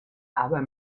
aber